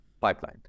Pipeline